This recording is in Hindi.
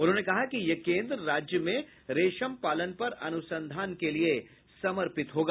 उन्होंने कहा कि यह केन्द्र राज्य में रेशम पालन पर अनुसंधान के लिए समर्पित होगा